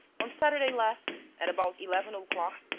on saturday last, at about eleven o'clock,